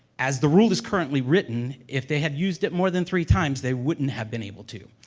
as the rule is currently written, if they had used it more than three times, they wouldn't have been able to.